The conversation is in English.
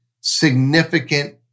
significant